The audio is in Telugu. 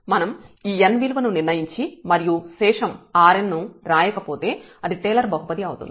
మనం ఈ n విలువను నిర్ణయించి మరియు శేషం Rn ను రాయకపోతే అది టేలర్ బహుపది అవుతుంది